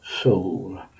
soul